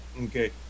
okay